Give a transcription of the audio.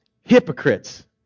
Hypocrites